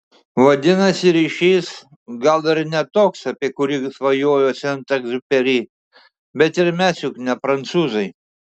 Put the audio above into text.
vadinasi ryšys gal ir ne toks apie kurį svajojo sent egziuperi bet ir mes juk ne prancūzai